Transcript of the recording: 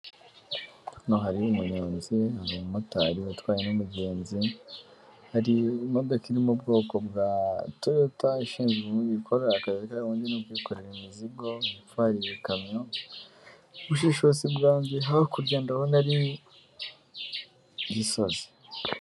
Hano hari umunyonzi hari umumotari utwaye n'umugenzi, hari imodoka iri mu bwoko bwa toyota, ishinzwe ikora akazi kayo ubundi ni ubwikore, imizigo ifari ibikamyo, mu bushishozi bwanjye hakurya ndabona ari Gisozi.